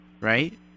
right